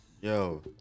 Yo